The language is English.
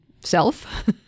self